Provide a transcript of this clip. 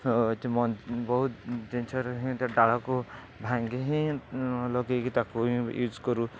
ବହୁତ ଜିନିଷରେ ହିଁ ତା' ଡାଳକୁ ଭାଙ୍ଗି ହିଁ ଲଗେଇକି ତାକୁ ୟୁଜ୍ କରୁ